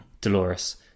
Dolores